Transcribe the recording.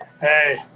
Hey